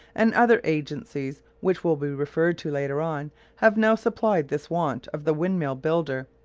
and other agencies which will be referred to later on, have now supplied this want of the windmill builder,